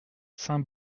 saint